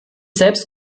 selbst